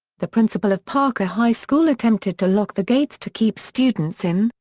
the principal of parker high school attempted to lock the gates to keep students in,